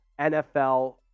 NFL